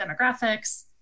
demographics